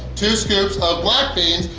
two scoops of black beans,